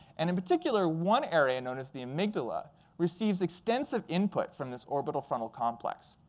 and in particular, one area known as the amygdala receives extensive input from this orbital frontal complex.